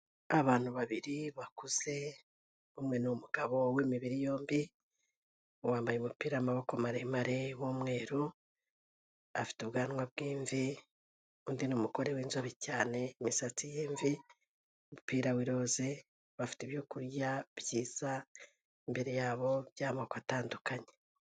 Abantu babiri bakuze, umwe ni umugabo w'imibiri yombi, wambaye umupira w'amaboko maremare w'umweru, afite ubwanwa bw'imvi, undi ni umugore w'inzobe cyane imisatsi y'imvi, umupira w'iroze, bafite ibyo kurya byiza imbere yabo, by'amoko atandukanye.